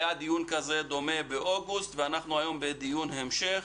היה דיון דומה באוגוסט והיום אנחנו בדיון המשך